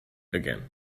again